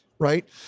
Right